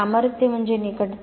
सामर्थ्य म्हणजे निकटता